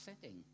setting